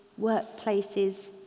workplaces